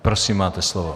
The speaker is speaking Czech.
Prosím, máte slovo.